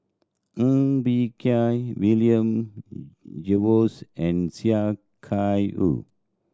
Ng Bee Kia William Jervois and Sia Kah Hui